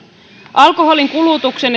alkoholin kulutuksen